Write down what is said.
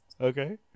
Okay